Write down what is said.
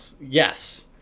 Yes